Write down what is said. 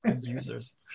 Users